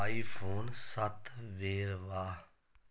iPhone ਸੱਤ ਵੇਰਵਾ